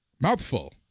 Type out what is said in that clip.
mouthful